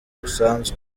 busanzwe